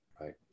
right